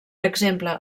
exemple